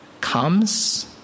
comes